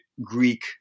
Greek